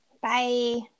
Bye